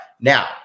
now